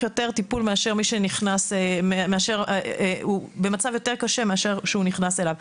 יותר טיפול והוא במצב יותר קשה מאשר כשהוא נכנס אליו.